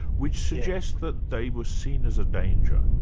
which suggests that they were seen as a danger.